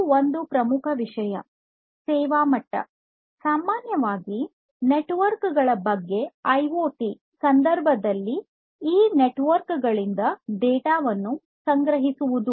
ಇದು ಒಂದು ಪ್ರಮುಖ ವಿಷಯ ಸೇವಾ ಮಟ್ಟ ಸಾಮಾನ್ಯವಾಗಿ ನೆಟ್ವರ್ಕ್ ಗಳ ಬಗ್ಗೆ ಐಒಟಿ ಸಂದರ್ಭದಲ್ಲಿ ಈ ನೆಟ್ವರ್ಕ್ಗಳಿಂದ ಡೇಟಾ ವನ್ನು ಸಂಗ್ರಹಿಸುವುದು